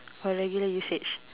for regular usage